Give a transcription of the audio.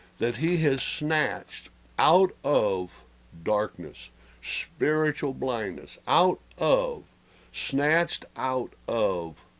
that he has snatched out of darkness spiritual blindness out of snatched out of